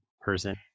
person